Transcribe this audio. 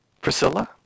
Priscilla